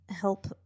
help